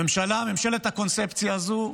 הממשלה, ממשלת הקונספציה הזו,